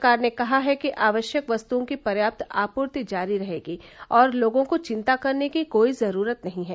सरकार ने कहा है कि आवश्यक वस्तुओं की पर्याप्त आपूर्ति जारी है और लोगों को चिंता करने की कोई जरूरत नहीं है